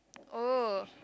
oh